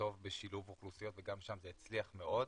טוב בשילוב אוכלוסיות וגם שם זה הצליח מאוד.